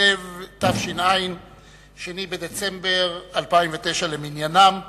בכסלו תש"ע, 2 בדצמבר 2009 למניינם.